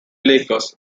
lakers